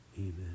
Amen